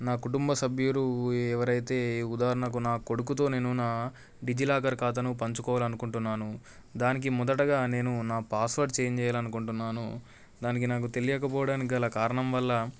నా కుటుంబ సభ్యులు ఎవరైతే ఉదాహరణకు నా కొడుకుతో నేను నా డిజీలాకర్ ఖాతాను పంచుకోవాలని అనుకుంటున్నాను దానికి మొదటగా నేను నా పాస్వర్ద్ ఛేంజ్ చేయాలని అనుకుంటున్నాను దానికి నాకు తెలియక పోవడం కారణం వల్ల